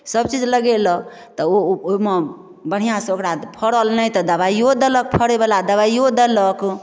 सभचीज लगेलक तऽ ओ ओहिमे बढ़िआँसँ ओकरा फड़ल नहि तऽ दबाइओ देलक फड़यवला दबाइओ देलक